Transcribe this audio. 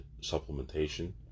supplementation